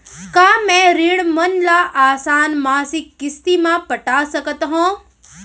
का मैं ऋण मन ल आसान मासिक किस्ती म पटा सकत हो?